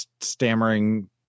stammering